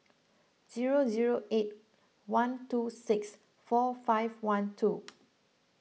zero zero eight one two six four five one two